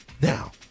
now